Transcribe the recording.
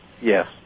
Yes